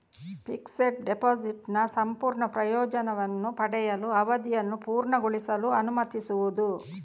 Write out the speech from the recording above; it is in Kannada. ಫಿಕ್ಸೆಡ್ ಡೆಪಾಸಿಟಿನ ಸಂಪೂರ್ಣ ಪ್ರಯೋಜನವನ್ನು ಪಡೆಯಲು, ಅವಧಿಯನ್ನು ಪೂರ್ಣಗೊಳಿಸಲು ಅನುಮತಿಸುವುದು